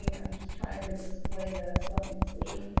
and i'm just trying to display this. let me and see.